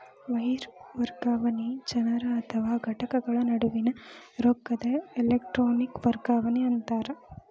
wire ವರ್ಗಾವಣೆ ಜನರ ಅಥವಾ ಘಟಕಗಳ ನಡುವಿನ್ ರೊಕ್ಕದ್ ಎಲೆಟ್ರೋನಿಕ್ ವರ್ಗಾವಣಿ ಅಂತಾರ